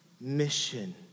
mission